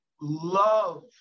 love